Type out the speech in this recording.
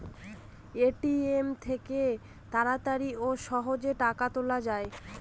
ATM থেকে তাড়াতাড়ি ও সহজেই টাকা তোলা যায়